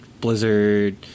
Blizzard